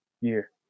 year